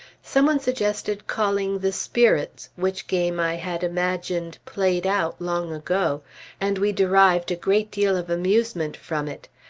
some one suggested calling the spirits, which game i had imagined played out long ago and we derived a great deal of amusement from it.